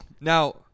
Now